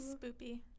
Spoopy